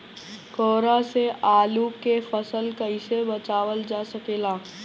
कोहरा से आलू के फसल कईसे बचावल जा सकेला?